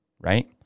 Right